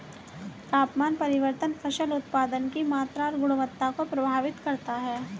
तापमान परिवर्तन फसल उत्पादन की मात्रा और गुणवत्ता को प्रभावित करता है